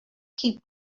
keep